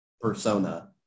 persona